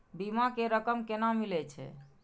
बीमा के रकम केना मिले छै?